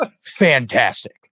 fantastic